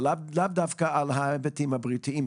ולאו דווקא על ההיבטים הבריאותיים.